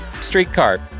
streetcar